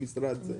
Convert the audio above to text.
למשרד זה?